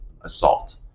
assault